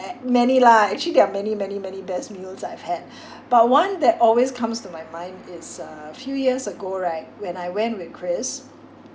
many lah actually there are many many many best meals I've had but one that always comes to my mind is a few years ago right when I went with chris